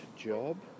job